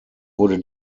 wurde